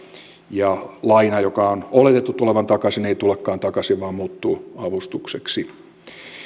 ja laina jonka on oletettu tulevan takaisin ei tulekaan takaisin vaan muuttuu avustukseksi